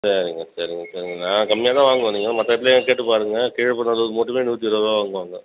சரிங்க சரிங்க சரிங்க நான் கம்மியாக தான் வாங்குவேன் நீங்கள் வேணால் மற்ற இடத்துலையும் கேட்டுப் பாருங்கள் கீழப்பநல்லூர்க்கு மட்டுமே நூற்றி இருபது ரூபா வாங்குவாங்க